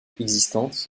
existantes